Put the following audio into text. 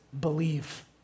Believe